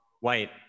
white